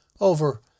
over